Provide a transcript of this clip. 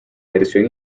versión